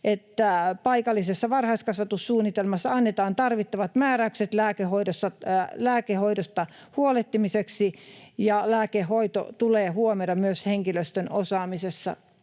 paikallisessa varhaiskasvatussuunnitelmassa annetaan tarvittavat määräykset lääkehoidosta huolehtimiseksi, ja lääkehoito tulee huomioida myös henkilöstön osaamisessa.